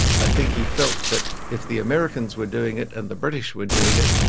i think he felt that if the americans were doing it and the british were doing it,